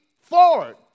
forward